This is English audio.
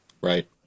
Right